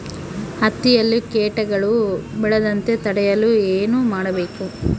ಹತ್ತಿಯಲ್ಲಿ ಕೇಟಗಳು ಬೇಳದಂತೆ ತಡೆಯಲು ಏನು ಮಾಡಬೇಕು?